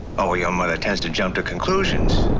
oh, well, your mother tends to jump to conclusions.